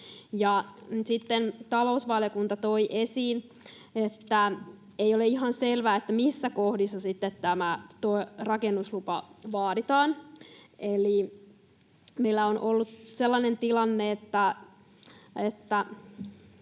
Talousvaliokunta toi esiin, että ei ole ihan selvää, missä kohdissa sitten tämä rakennuslupa vaaditaan. Eli meillä on ollut sellainen tilanne...